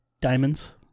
Diamonds